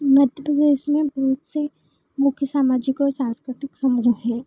मध्य प्रदेश में बहुत से मुख्य सामाजिक और सांस्कृतिक समूदाय हैं